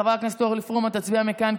חברת הכנסת אורלי פרומן תצביע מכאן,